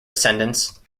descendants